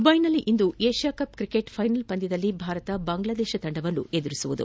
ದುವೈನಲ್ಲಿಂದು Asia Cup cricket final ಪಂದ್ಯದಲ್ಲಿ ಭಾರತ ಬಾಂಗ್ಲಾದೇಶವನ್ನು ಎದುರಿಸಲಿದೆ